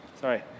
sorry